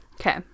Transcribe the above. Okay